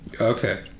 Okay